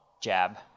jab